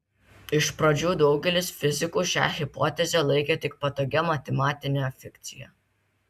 iš pradžių daugelis fizikų šią hipotezę laikė tik patogia matematine fikcija